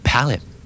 Palette